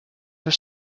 were